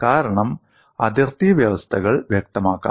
കാരണം അതിർത്തി വ്യവസ്ഥകൾ വ്യക്തമാക്കാം